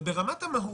אבל ברמת המהות,